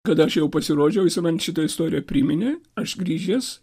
kada aš jau pasirodžiau jis man šitą istoriją priminė aš grįžęs